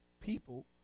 people